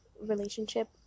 relationship